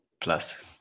plus